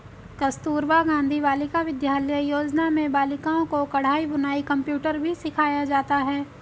कस्तूरबा गाँधी बालिका विद्यालय योजना में बालिकाओं को कढ़ाई बुनाई कंप्यूटर भी सिखाया जाता है